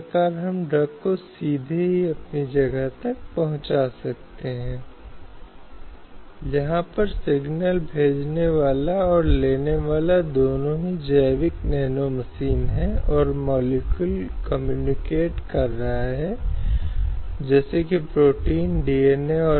संदर्भ समय को देखें 1913 अंतिम रूप से संवैधानिक पहलू में हम मौलिक कर्तव्यों पर आते हैं जिन्हें भारतीय संविधान के भाग 4 ए में जोड़ा गया है